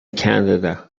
canada